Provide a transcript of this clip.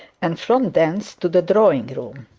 and from thence to the drawing-room.